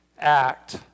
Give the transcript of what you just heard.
act